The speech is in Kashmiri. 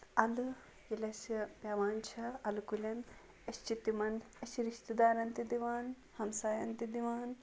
اَلہٕ ییٚلہِ اَسہِ پیٚوان چھےٚ اَلہٕ کُلین أسۍ چھِ تِمن أسۍ چھِ رِشتہٕ دارن تہِ دِوان ہمساین تہِ دِوان